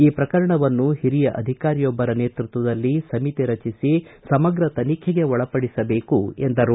ಈ ಪ್ರಕರಣವನ್ನು ಹಿರಿಯ ಅಧಿಕಾರಿಯೊಬ್ಬರ ನೇತೃತ್ವದಲ್ಲಿ ಸಮಿತಿ ರಚಿಸಿ ಸಮಗ್ರ ತನಿಖೆಗೆ ಒಳಪಡಿಸಬೇಕು ಎಂದರು